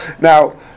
Now